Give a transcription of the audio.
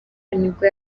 nibwo